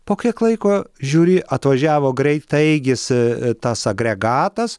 po kiek laiko žiūri atvažiavo greitaeigis tas agregatas